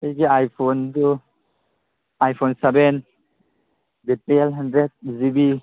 ꯑꯩꯒꯤ ꯑꯥꯏ ꯐꯣꯟꯗꯨ iPhone seven battery health hundred G B